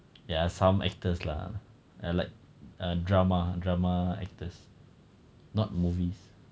ya some actors lah or like a drama drama actors not movies